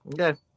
Okay